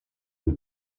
del